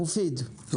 מופיד, בבקשה.